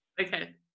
Okay